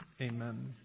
Amen